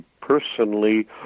personally